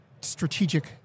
strategic